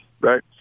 right